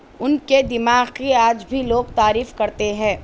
ان کے دماغ کی آج بھی لوگ تعریف کرتے ہیں